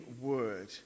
word